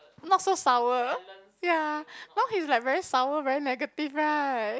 not so sour ya now he's like very sour very negative right